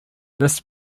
this